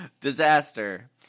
Disaster